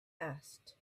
asked